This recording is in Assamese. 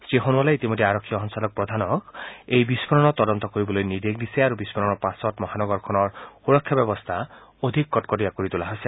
শ্ৰীসোণোৱালে ইতিমধ্যে আৰক্ষী সঞ্চালকপ্ৰধানক এই বিস্ফোৰণৰ তদন্ত কৰিবলৈ নিৰ্দেশ দিছে আৰু বিস্ফোৰণৰ পাছত মহানগৰখনৰ সুৰক্ষা ব্যৱস্থা অধিক কটকটীয়া কৰি তোলা হৈছে